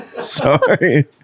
Sorry